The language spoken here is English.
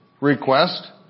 request